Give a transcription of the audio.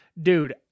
Dude